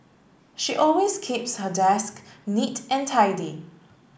she always keeps her desk neat and tidy